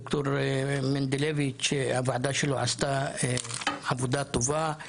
הוועדה של ד"ר מנדלוביץ' עשתה עבודה טובה,